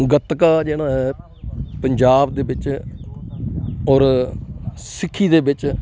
ਗੱਤਕਾ ਜਿਹੜਾ ਪੰਜਾਬ ਦੇ ਵਿੱਚ ਔਰ ਸਿੱਖੀ ਦੇ ਵਿੱਚ